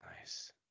nice